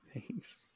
thanks